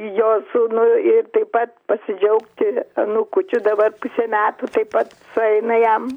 jo sūnų ir taip pat pasidžiaugti anūkučiu dabar pusė metų taip pat sueina jam